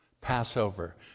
Passover